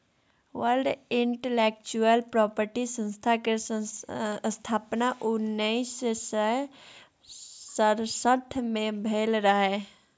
world intellectual property संस्था केर स्थापना उन्नैस सय सड़सठ मे भेल रहय